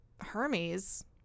Hermes